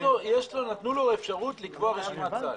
נתנו לו אפשרות לקבוע רשימת סל.